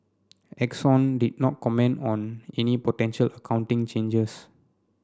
Exxon did not comment on any potential accounting changes